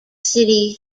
city